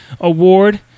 award